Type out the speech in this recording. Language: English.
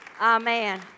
Amen